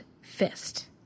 fist